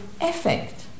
effect